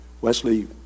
Wesley